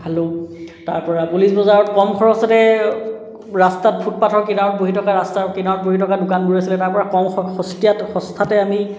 খালোঁ তাৰ পৰা পুলিচ বজাৰত কম খৰচতে ৰাস্তাত ফুটপাথৰ কিনাৰত বহি থকা ৰাস্তাৰ কিনাৰত বহি থকা দোকানবোৰ আছিলে তাৰ পৰা কম স সস্তীয়াত সস্তাতে আমি